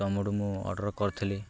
ତମୁଠୁ ମୁଁ ଅର୍ଡ଼ର୍ କରିଥିଲି